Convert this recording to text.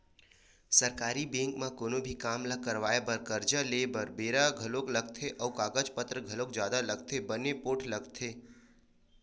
सरकारी बेंक म कोनो भी काम ल करवाय बर, करजा लेय बर बेरा घलोक लगथे अउ कागज पतर घलोक जादा लगथे बने पोठ लगथे